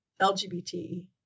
LGBT